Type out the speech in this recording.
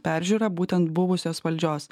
peržiūra būtent buvusios valdžios